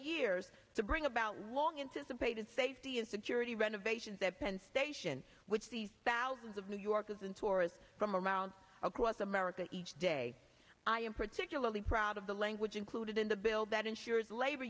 years to bring about long anticipated safety and security renovations at penn station which the thousands of new yorkers and tourists from around across america each day i am particularly proud of the language included in the bill that ensures labor